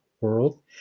world